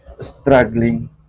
struggling